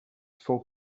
for